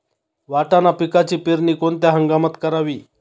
वाटाणा पिकाची पेरणी कोणत्या हंगामात करावी?